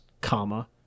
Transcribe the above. comma